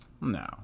No